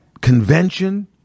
convention